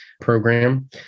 Program